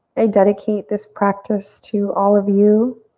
i dedicate this practice to all of you.